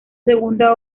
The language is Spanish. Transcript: segunda